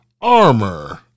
armor